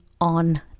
on